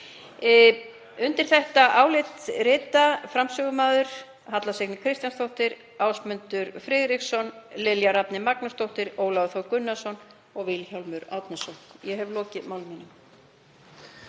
Undir þetta álit rita framsögumaður, Halla Signý Kristjánsdóttir, Ásmundur Friðriksson, Lilja Rafney Magnúsdóttir, Ólafur Þór Gunnarsson og Vilhjálmur Árnason. SPEECH_END ---